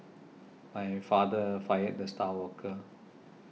my father fired the star worker